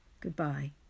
Goodbye